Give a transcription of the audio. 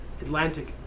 Atlantic